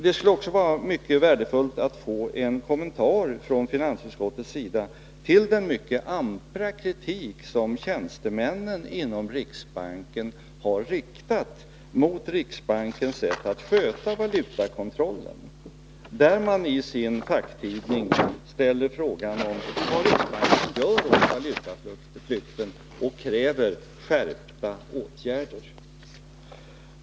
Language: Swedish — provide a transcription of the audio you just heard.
Det skulle också vara mycket värdefullt att få en kommentar från finansutskottets sida till den mycket ampra kritik som tjänstemännen inom riksbanken har riktat mot riksbankens sätt att sköta valutakontrollen. I sin facktidning ställer personalen frågan vad riksbanken gör mot valutaflykten och kräver skärpta åtgärder.